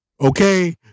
okay